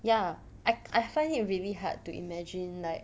ya I I find it really hard to imagine like